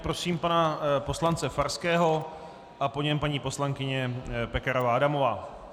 Prosím pana poslance Farského a po něm paní poslankyně Pekarová Adamová.